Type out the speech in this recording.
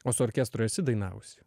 o su orkestru esi dainavus